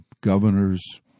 governors